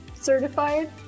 Certified